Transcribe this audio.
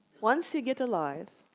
once you get a life,